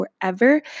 forever